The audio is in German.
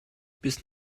bis